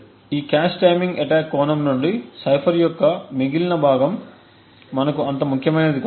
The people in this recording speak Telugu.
కాబట్టి ఈ కాష్ టైమింగ్ అటాక్ కోణం నుండి సైఫర్ యొక్క మిగిలిన భాగం మనకు అంత ముఖ్యమైనది కాదు